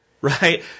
Right